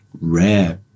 rare